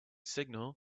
signal